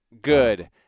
good